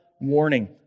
warning